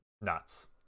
nuts